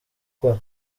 ukora